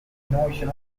innovation